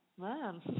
man